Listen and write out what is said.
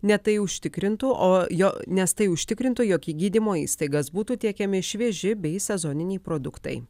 ne tai užtikrintų o jo nes tai užtikrintų jog į gydymo įstaigas būtų tiekiami švieži bei sezoniniai produktai